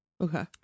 Okay